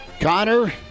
Connor